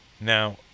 now